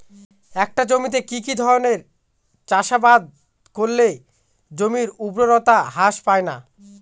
একটা জমিতে কি কি ধরনের চাষাবাদ করলে জমির উর্বরতা হ্রাস পায়না?